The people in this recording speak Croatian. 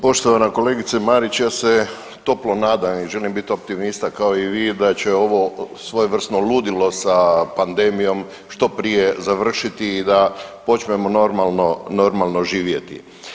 Poštovana kolegice Marić, ja se toplo nadam i želim biti optimista kao i vi da će ovo svojevrsno ludilo sa pandemijom što prije završiti i da počnemo normalno, normalno živjeti.